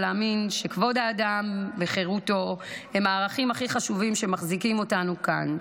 ולהאמין שכבוד האדם וחירותו הם הערכים הכי חשובים שמחזיקים אותנו כאן.